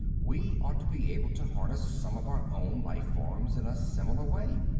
we ought to be able to harness some of our own life-forms in a similar way.